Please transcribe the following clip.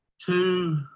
two